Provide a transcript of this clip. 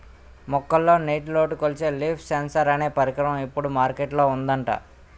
మొక్కల్లో నీటిలోటు కొలిచే లీఫ్ సెన్సార్ అనే పరికరం ఇప్పుడు మార్కెట్ లో ఉందట